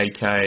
AK